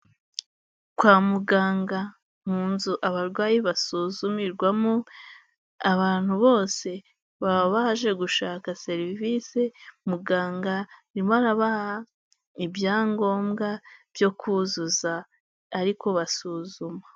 Kwa muganga mu nzu abarwayi basuzumirwamo, abantu bose baba baje gushaka serivisi, muganga arimo arabaha ibyangombwa byo kuzuza ari kubasuzuma.